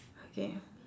okay